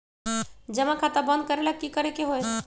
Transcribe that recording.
जमा खाता बंद करे ला की करे के होएत?